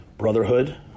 Brotherhood